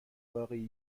واقعی